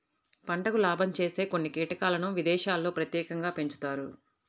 పంటకు లాభం చేసే కొన్ని కీటకాలను విదేశాల్లో ప్రత్యేకంగా పెంచుతారు